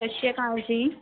ਸਤਿ ਸ਼੍ਰੀ ਅਕਾਲ ਜੀ